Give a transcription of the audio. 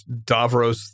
Davros